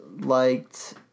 liked